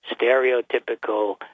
stereotypical